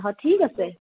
হয় ঠিক আছে